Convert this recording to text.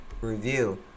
Review